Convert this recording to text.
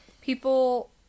people